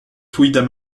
fouilles